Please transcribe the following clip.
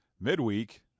midweek